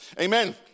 Amen